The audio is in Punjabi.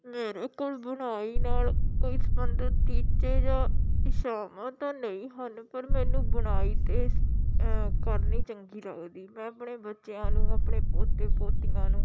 ਮੇਰੇ ਕੋਲ ਬੁਣਾਈ ਨਾਲ ਕੋਈ ਸੰਬੰਧਿਤ ਟੀਚੇ ਜਾਂ ਇੱਛਾਵਾਂ ਤਾਂ ਨਹੀਂ ਹਨ ਪਰ ਮੈਨੂੰ ਬੁਣਾਈ 'ਤੇ ਸ ਕਰਨੀ ਚੰਗੀ ਲੱਗਦੀ ਮੈਂ ਆਪਣੇ ਬੱਚਿਆਂ ਨੂੰ ਆਪਣੇ ਪੋਤੇ ਪੋਤੀਆਂ ਨੂੰ